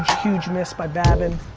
huge miss by babin.